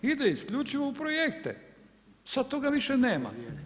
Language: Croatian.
Ide isključivo u projekte, sad toga više nema.